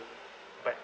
but